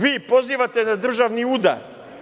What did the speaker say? Vi pozivate na državni udar.